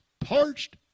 parched